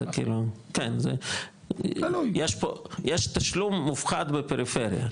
יש תשלום מופחת בפריפריה,